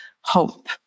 hope